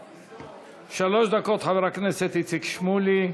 שלוש דקות, חבר הכנסת איציק שמולי.